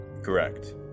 Correct